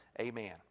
amen